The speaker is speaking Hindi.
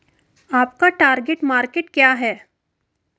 आपका टार्गेट मार्केट क्या है?